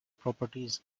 properties